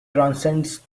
transcends